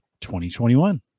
2021